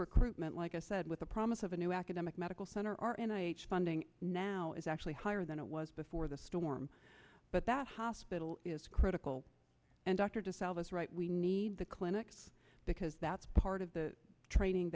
recruitment like i said with the promise of a new academic medical center are in a funding now is actually higher than it was before the storm but that hospital is critical and dr de salvo is right we need the clinics because that's part of the training